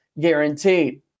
guaranteed